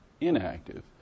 inactive